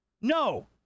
no